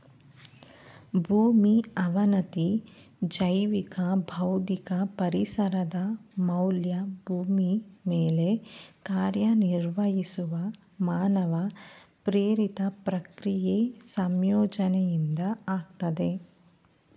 ಭೂಮಿ ಅವನತಿ ಜೈವಿಕ ಭೌತಿಕ ಪರಿಸರದ ಮೌಲ್ಯ ಭೂಮಿ ಮೇಲೆ ಕಾರ್ಯನಿರ್ವಹಿಸುವ ಮಾನವ ಪ್ರೇರಿತ ಪ್ರಕ್ರಿಯೆ ಸಂಯೋಜನೆಯಿಂದ ಆಗ್ತದೆ